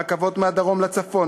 רכבות מהדרום לצפון,